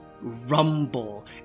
rumble